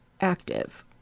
active